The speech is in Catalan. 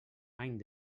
any